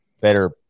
better